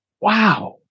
Wow